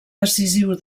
decisiu